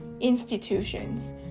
institutions